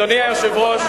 אדוני היושב-ראש,